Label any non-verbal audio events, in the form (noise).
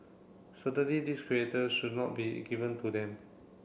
certainly (unintelligible) should not be given to them